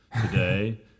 today